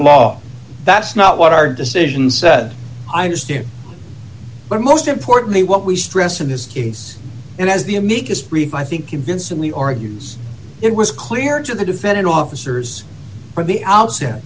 law that's not what our decisions i understand but most importantly what we stressed in this case and as the amicus brief i think convincingly argues it was clear to the defendant officers from the outset